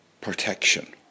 Protection